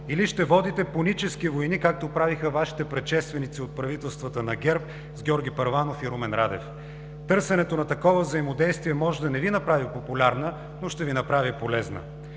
или ще водите пунически войни, както правеха Вашите предшественици от правителствата на ГЕРБ с Георги Първанов и Румен Радев. Търсенето на такова взаимодействие може да не Ви направи популярна, но ще Ви направи полезна.